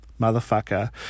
Motherfucker